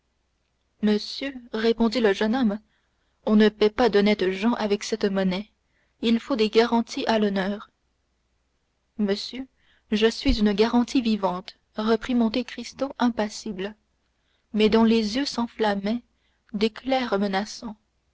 monsieur répondit le jeune homme on ne paie pas d'honnêtes gens avec cette monnaie il faut des garanties à l'honneur monsieur je suis une garantie vivante reprit monte cristo impassible mais dont les yeux s'enflammaient d'éclairs menaçants